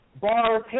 bar